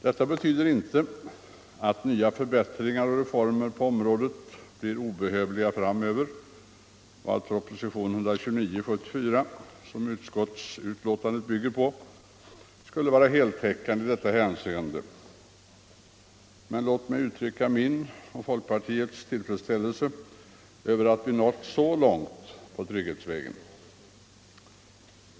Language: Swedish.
Detta betyder dock inte att nya förbättringar och reformer på området blir obehövliga framöver och att propositionen 1974:129, som utskottsbetänkandet bygger på, skulle vara heltäckande i detta hänseende. Men låt mig uttrycka min och folkpartiets tillfredsställelse över att vi har nått så långt på trygghetsvägen.